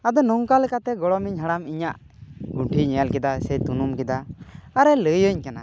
ᱟᱫᱚ ᱱᱚᱝᱠᱟ ᱞᱮᱠᱟᱛᱮ ᱜᱚᱲᱚᱢ ᱤᱧ ᱦᱟᱲᱟᱢ ᱤᱧᱟᱹᱜ ᱜᱩᱱᱴᱷᱤᱧ ᱧᱮᱞ ᱠᱮᱫᱟ ᱥᱮ ᱛᱩᱱᱩᱢ ᱠᱮᱫᱟ ᱟᱨᱮ ᱞᱟᱹᱭᱟᱹᱧ ᱠᱟᱱᱟ